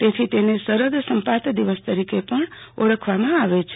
તેથી તેને શરદ સંપાત દિવસ તરીકે પણ ઓળખવામાં આવ છે